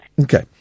Okay